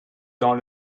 dans